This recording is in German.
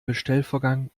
bestellvorgang